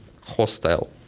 hostile